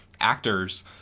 actors